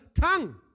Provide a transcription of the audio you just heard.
tongue